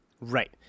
Right